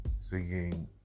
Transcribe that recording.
singing